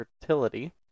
fertility